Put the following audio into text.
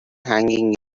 hanging